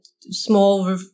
small